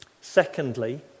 Secondly